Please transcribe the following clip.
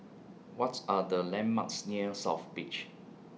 What Are The landmarks near South Beach